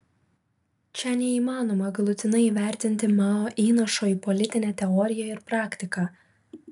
čia neįmanoma galutinai įvertinti mao įnašo į politinę teoriją ir praktiką